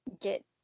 get